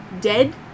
dead